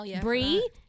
Bree